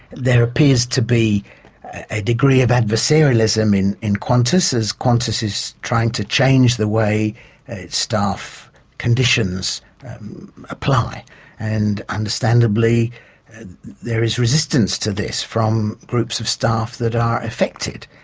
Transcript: there appears to be a degree of adversarialism in in qantas as qantas is trying to change the way its staff conditions apply and understandably there is resistance to this from groups of staff that are affected.